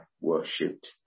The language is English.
worshipped